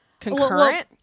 concurrent